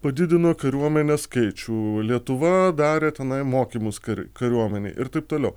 padidino kariuomenės skaičių lietuva darė tenai mokymus kar kariuomenei ir taip toliau